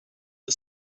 the